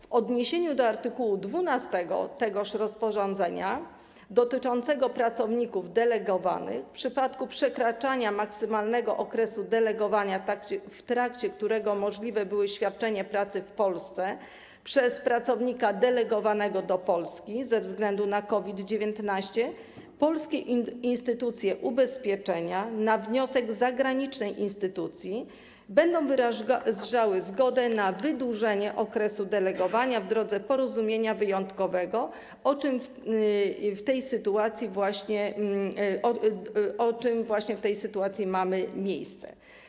W odniesieniu do art. 12 tegoż rozporządzenia, dotyczącego pracowników delegowanych, w przypadku przekraczania maksymalnego okresu delegowania, w trakcie którego możliwe było świadczenie pracy w Polsce, przez pracownika delegowanego do Polski ze względu na COVID-19 polskie instytucje ubezpieczenia na wniosek zagranicznych instytucji będą wyrażały zgodę na wydłużenie okresu delegowania w drodze porozumienia wyjątkowego, co w tej sytuacji właśnie ma miejsce.